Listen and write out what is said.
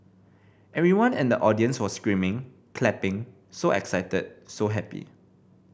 everyone in the audience was screaming clapping so excited so happy